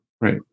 right